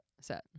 set